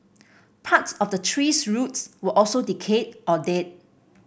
parts of the tree's roots were also decayed or dead